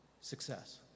success